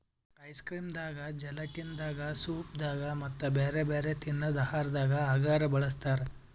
ice cream ದಾಗಾ gelatin ದಾಗಾ soup ದಾಗಾ ಮತ್ತ್ ಬ್ಯಾರೆ ಬ್ಯಾರೆ ತಿನ್ನದ್ ಆಹಾರದಾಗ ಅಗರ್ ಬಳಸ್ತಾರಾ